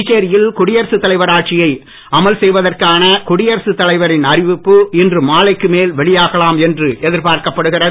புதுச்சேரியில் குடியரசுத் தலைவர் ஆட்சியை அமல்செய்வதற்கான குடியரசுத் தலைவரின் அறிவிப்பு இன்று மாலைக்கு மேல் வெளியாகலாம் என்று எதிர்பார்க்கப்படுகிறது